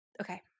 Okay